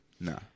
nah